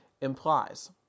implies